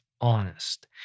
honest